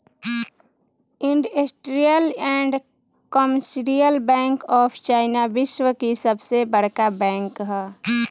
industrial and commercial bank of China विश्व की सबसे बड़का बैंक ह